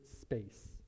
space